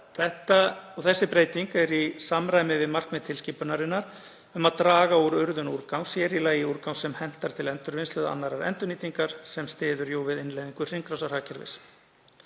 ræða. Þessi breyting er í samræmi við markmið tilskipunarinnar um að draga úr urðun úrgangs, sér í lagi úrgangs sem hentar til endurvinnslu eða annarrar endurnýtingar, sem styður við innleiðingu hringrásarhagkerfis.